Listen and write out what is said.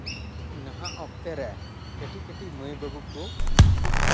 ᱱᱟᱦᱟᱜ ᱚᱠᱛᱮ ᱨᱮ ᱠᱟᱹᱴᱤᱡ ᱠᱟᱹᱴᱤᱡ ᱢᱟᱹᱭᱼᱵᱟᱹᱵᱩ ᱠᱚ